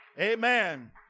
Amen